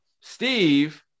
Steve